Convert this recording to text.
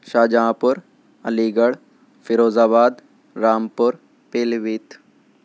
شاہجہاں پور Aligarh Firozabad Rampur پیلی بھیت